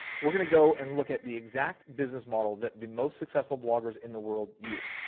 we're going to go and look at the exact business model that the most successful bloggers in the world use.